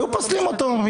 היו פוסלים אותו משפטית.